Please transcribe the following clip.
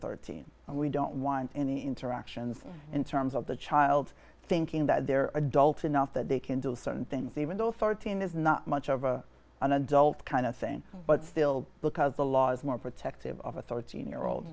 thirteen and we don't want any interactions in terms of the child thinking that they're adult enough that they can do certain things even though fourteen is not much of an adult kind of thing but still because the laws more protective of authority in your old